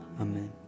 Amen